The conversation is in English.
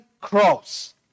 cross